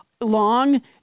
long